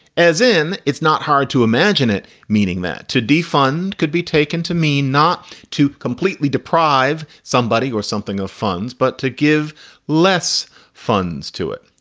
as in. it's not hard to imagine it, meaning that to defund could be taken to me not to completely deprive somebody or something of funds, but to give less funds to it.